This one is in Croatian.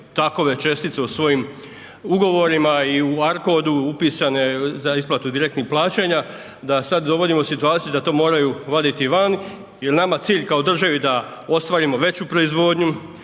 takve čestice u svojim ugovorima i u ARCOD-u upisane za isplatu direktnih plaćanja, da sad dovodimo u situaciju da to moraju vaditi van, jel je nama cilj kao državi da ostvarimo veću proizvodnju,